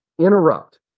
Interrupt